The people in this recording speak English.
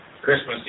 Christmas